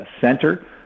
center